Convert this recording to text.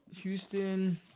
Houston